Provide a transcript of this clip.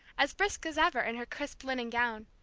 as brisk as ever in her crisp linen gown,